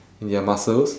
in their muscles